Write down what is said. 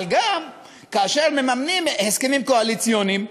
אבל גם כאשר מממנים הסכמים קואליציוניים,